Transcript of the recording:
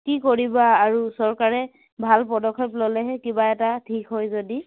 কি কৰিবা আৰু চৰকাৰে ভাল পদক্ষেপ ল'লেহে কিবা এটা ঠিক হয় যদি